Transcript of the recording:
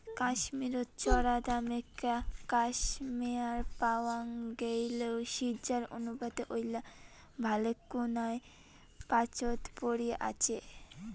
কাশ্মীরত চরাদামে ক্যাশমেয়ার পাওয়াং গেইলেও সিজ্জার অনুপাতে ঐলা ভালেকুনায় পাচোত পরি আচে